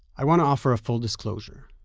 i want to offer a full disclosure.